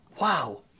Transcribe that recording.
wow